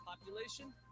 population